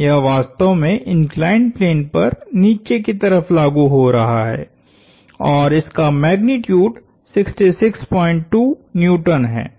यह वास्तव में इंक्लाइंड प्लेन पर नीचे की तरफ लागु हो रहा है और इसका मैग्नीट्यूड 662 N है